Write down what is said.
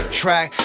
track